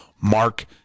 Mark